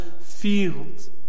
field